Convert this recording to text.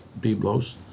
Biblos